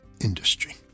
industry